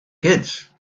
kids